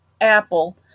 Apple